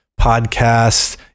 podcast